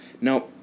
Now